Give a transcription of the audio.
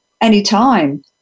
anytime